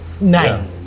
Nine